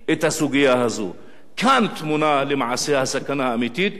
כאן טמונה למעשה הסכנה האמיתית, ולשני העמים,